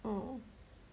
orh